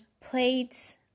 plates